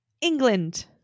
England